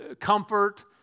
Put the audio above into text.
comfort